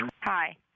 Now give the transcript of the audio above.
Hi